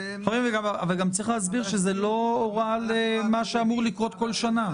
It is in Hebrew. צריך להסביר שזה לא הוראה למה שאמור לקרות בכל שנה.